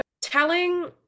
Telling